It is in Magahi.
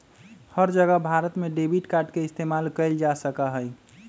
हर जगह भारत में डेबिट कार्ड के इस्तेमाल कइल जा सका हई